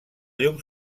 llum